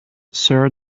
sir